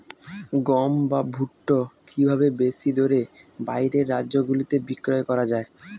গম বা ভুট্ট কি ভাবে বেশি দরে বাইরের রাজ্যগুলিতে বিক্রয় করা য়ায়?